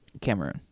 Cameroon